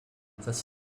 this